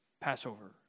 Passover